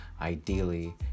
Ideally